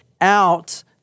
out